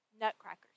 nutcrackers